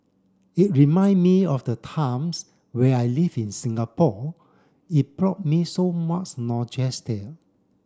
it remind me of the times where I lived in Singapore it brought me so much